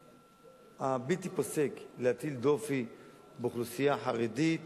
הבלתי-פוסק להטיל דופי באוכלוסייה החרדית